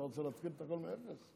ביקשו דברי טעם.